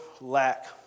lack